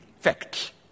facts